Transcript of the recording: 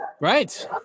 Right